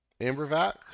Ambervac